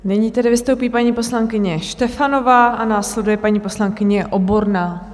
Nyní tedy vystoupí paní poslankyně Štefanová a následuje paní poslankyně Oborná.